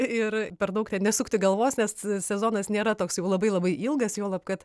ir per daug ten nesukti galvos nes sezonas nėra toks jau labai labai ilgas juolab kad